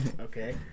Okay